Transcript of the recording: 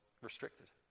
restricted